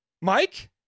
Mike